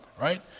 right